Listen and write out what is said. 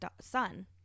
son